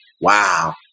wow